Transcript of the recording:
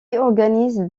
organise